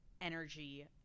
energy